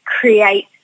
create